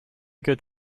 good